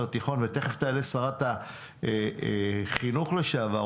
תיכון ותיכף תעלה שרת החינוך לשעבר,